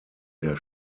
der